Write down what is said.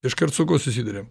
iškart susiduriam